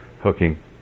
hooking